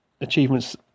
achievements